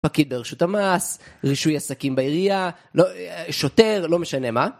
פקיד ברשות המס, רישוי עסקים בעירייה, לא.. שוטר, לא משנה מה.